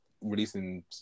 releasing